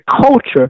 culture